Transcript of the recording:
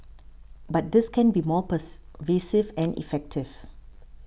but this can be more more pervasive and effective